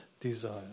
desire